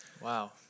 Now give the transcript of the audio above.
Wow